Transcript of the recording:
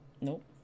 Nope